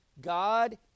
God